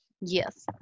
yes